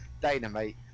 Dynamite